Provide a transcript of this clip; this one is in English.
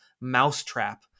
mousetrap